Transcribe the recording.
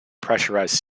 pressurized